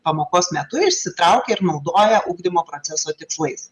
pamokos metu išsitraukia ir naudoja ugdymo proceso tikslais